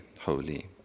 holy